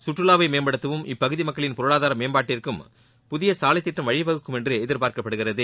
கற்றுவாவை மேம்படுத்தவும் இப்பகுதி மக்களின் பொருளாதார மேம்பாட்டிற்கும் புதிய சாலை திட்டம் வழிவகுக்கும் என்று எதிர்பார்க்கப்படுகிறது